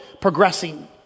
progressing